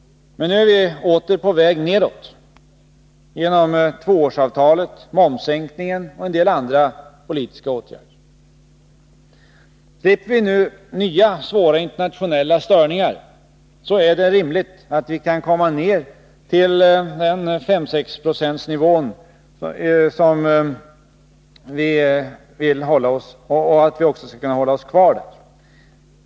Men nu är vi åter på väg nedåt, genom tvåårsavtalet, momssänkningen och en del andra politiska åtgärder. Slipper vi nu nya svåra internationella störningar, är det rimligt att vi kan komma ned till en nivå på 5 å 6 Zo och hålla oss kvar där.